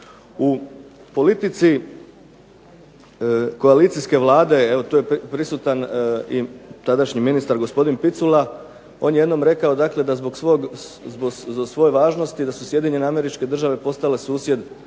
U politici koalicijske vlade tu je prisutan tadašnji ministar gospodin Picula, on je jednom rekao da zbog svoje važnosti da su SAD postale susjed